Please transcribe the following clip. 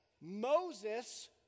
Moses